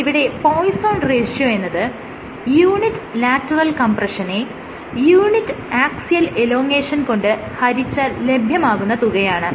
ആയതിനാൽ ഇവിടെ പോയ്സോൺ റേഷ്യോയെന്നത് യൂണിറ്റ് ലാറ്ററൽ കംപ്രഷനെ യൂണിറ്റ് ആക്സിയൽ എലോങേഷൻ കൊണ്ട് ഹരിച്ചാൽ ലഭ്യമാകുന്ന തുകയാണ്